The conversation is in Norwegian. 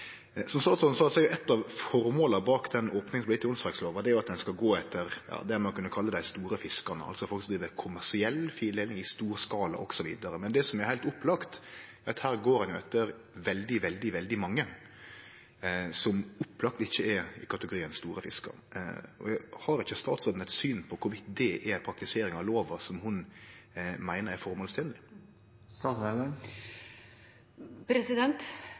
Som statsråden sa, er eit av føremåla bak den opninga som vart gjeve i åndsverklova, at ein skal gå etter det ein kunne kalle dei store fiskane, altså folk som driv kommersiell fildeling i stor skala osv. Men det som er heilt opplagt, er at ein her går etter veldig mange som opplagt ikkje er i kategorien «store fiskar». Har ikkje statsråden eit syn på om det er ei praktisering av lova som ho meiner er